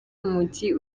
umujyi